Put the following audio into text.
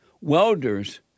welders